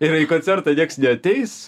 ir į koncertą nieks neateis